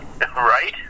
Right